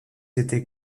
étaient